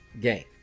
game